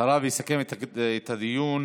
אחריו יסכם את הדיון